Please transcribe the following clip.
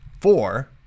four